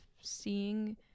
seeing